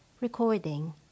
Recording